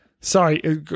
sorry